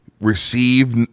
receive